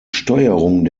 steuerung